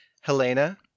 Helena